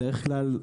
בדרך כלל,